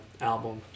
album